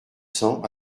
cents